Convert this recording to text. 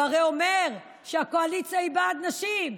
הוא הרי אומר שהקואליציה היא בעד נשים,